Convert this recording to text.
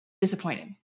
disappointed